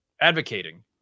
advocating